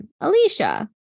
Alicia